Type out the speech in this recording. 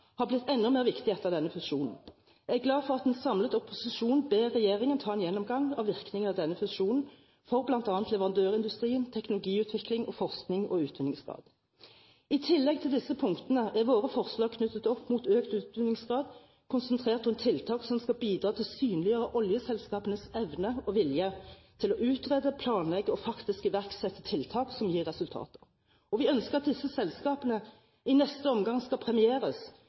har blitt enda viktigere etter denne fusjonen. Jeg er glad for at en samlet opposisjon ber regjeringen ta en gjennomgang av virkningene av denne fusjonen for bl.a. leverandørindustrien, teknologiutvikling og forskning og utvinningsgrad. I tillegg til disse punktene er våre forslag knyttet opp mot økt utvinningsgrad konsentrert rundt tiltak som skal bidra til å synliggjøre oljeselskapenes evne og vilje til å utrede, planlegge og faktisk iverksette tiltak som gir resultater. Og vi ønsker at disse selskapene i neste omgang skal premieres